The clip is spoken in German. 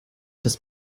das